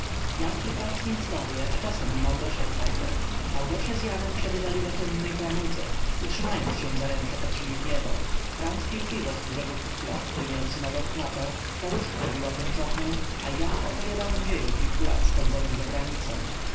jan i franc minclowie a czasem i małgosia pfeifer małgosia z janem siadywali w okiennej framudze i trzymając się za ręce patrzyli w niebo franc pił piwo z dużego kufla który miał cynową klapę staruszka robiła pończochę a ja opowiadałem dzieje kilku lat spędzonych zagranicą